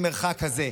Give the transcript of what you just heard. ממרחק כזה.